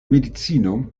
medicino